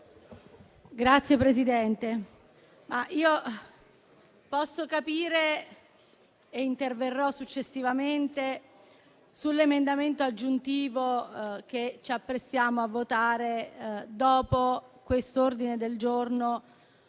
Signora Presidente, io posso capire - e interverrò successivamente sull'emendamento aggiuntivo che ci apprestiamo a votare dopo questo ordine del giorno